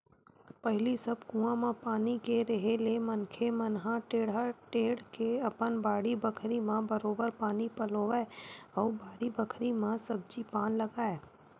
पहिली सब कुआं म पानी के रेहे ले मनखे मन ह टेंड़ा टेंड़ के अपन बाड़ी बखरी म बरोबर पानी पलोवय अउ बारी बखरी म सब्जी पान लगाय